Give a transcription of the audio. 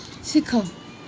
ଶିଖ